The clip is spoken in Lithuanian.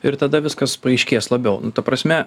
ir tada viskas paaiškės labiau ta prasme